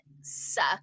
suck